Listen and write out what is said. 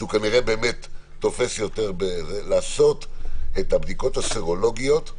יש לבצע את הבדיקות הסרלוגיות,